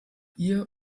ihr